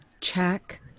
check